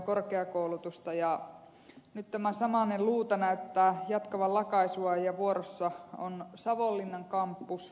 ja nyt tämä samainen luuta näyttää jatkavan lakaisuaan ja vuorossa on savonlinnan kampus